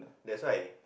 that's why